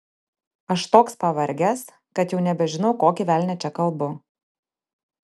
aš toks pavargęs kad jau nebežinau kokį velnią čia kalbu